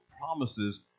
promises